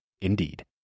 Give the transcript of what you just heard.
Indeed